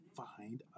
find